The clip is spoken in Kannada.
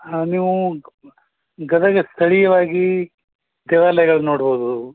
ಹಾಂ ನೀವು ಗದಗ ಸ್ಥಳೀಯವಾಗಿ ದೇವಾಲಯಗಳನ್ನ ನೋಡ್ಬೋದು